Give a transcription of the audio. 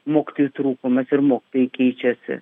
mokytojų trūkumas ir mokytojai keičiasi